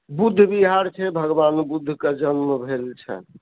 बुद्ध बिहार छै भगवान बुद्धके जन्म भेल छनि